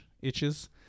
itches